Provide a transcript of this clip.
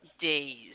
Days